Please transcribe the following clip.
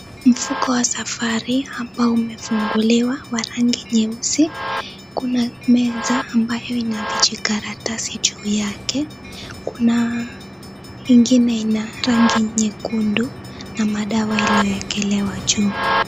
Mfuko wa safari ambao umefunguliwa wa rangi nyeusi. Kuna meza ambayo ina vijikaratasi juu yake. Kuna ingine ina rangi nyekundu na madawa iliyowekelewa juu.